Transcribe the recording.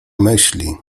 myśli